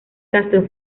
castro